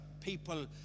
people